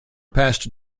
passed